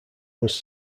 was